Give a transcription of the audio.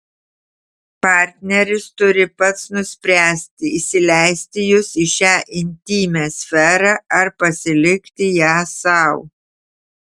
partneris turi pats nuspręsti įsileisti jus į šią intymią sferą ar pasilikti ją sau